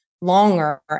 longer